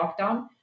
lockdown